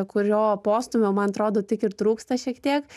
kurio postūmio man atrodo tik ir trūksta šiek tiek